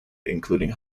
including